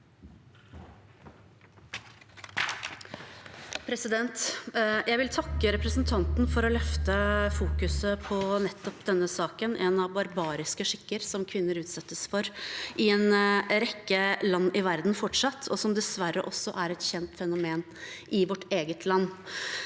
Jeg vil takke representanten for å løfte foku- set på nettopp denne saken, en barbarisk skikk kvinner fortsatt utsettes for i en rekke land i verden, og som dessverre også er et kjent fenomen i vårt eget land.